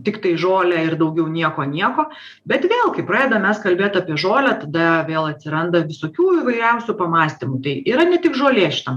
tiktai žolę ir daugiau nieko nieko bet vėl kai pradedam mes kalbėt apie žolę tada vėl atsiranda visokių įvairiausių pamąstymų tai yra ne tik žolė šitam